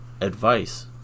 advice